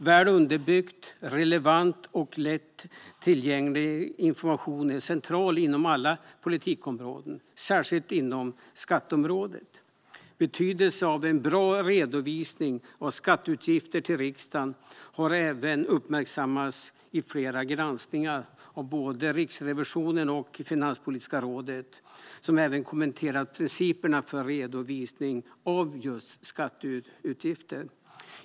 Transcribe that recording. Väl underbyggd, relevant och lätt tillgänglig information är centralt inom alla politikområden, särskilt inom skatteområdet. Betydelsen av en bra redovisning till riksdagen av skatteutgifter har även uppmärksammats i flera granskningar av både Riksrevisionen och Finanspolitiska rådet, som även kommenterat principerna för redovisning av skatteutgifter.